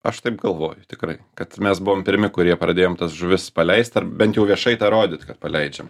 aš taip galvoju tikrai kad mes buvom pirmi kurie pradėjom tas žuvis paleist ar bent jau viešai parodyt kad paleidžiam